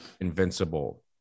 invincible